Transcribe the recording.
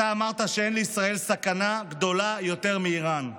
אתה אמרת שאין לישראל סכנה גדולה יותר מאיראן.